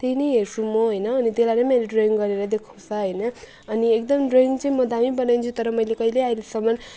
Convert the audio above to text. त्यही नै हेर्छु म होइन त्यसलाई नै मैले ड्रइङ गरेर देखाउँछ होइन अनि एकदम ड्रइङ चाहिँ म दामी बनाइदिन्छु तर मैले कहिले अहिलेसम्म